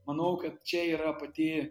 manau kad čia yra pati